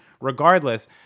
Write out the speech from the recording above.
regardless